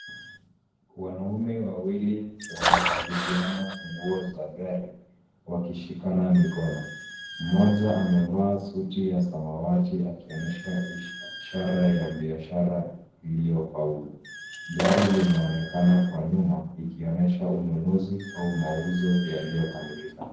Wanaume wawili wanakabidhiana funguo za gari wakishikana mikono , mmoja amevaa suti ya samawati akionyesha ishara ya biashara iliyofaulu, gari linaonekana kwa nyuma ikionyesha ununuzi au mauzo yaliyokamilika.